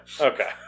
Okay